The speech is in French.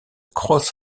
cross